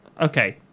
Okay